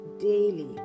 daily